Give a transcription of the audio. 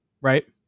right